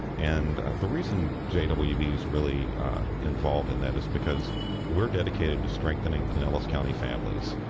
and the reason jwb is really involved in that is because we're dedicated to strengthening pinellas county families.